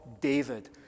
David